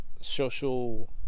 social